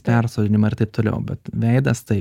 persodinimi ar taip toliau bet veidas taip